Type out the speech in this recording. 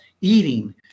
eating